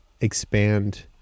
expand